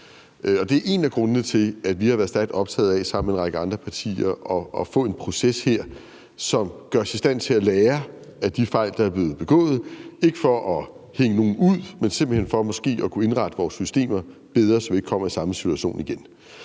det er en af grundene til, at vi sammen med en række andre partier har været stærkt optaget af at få en proces her, som gør os i stand til at lære af de fejl, der er blevet begået, ikke for at hænge nogen ud, men simpelt hen for måske at kunne indrette vores systemer bedre, så vi ikke igen kommer i den samme situation.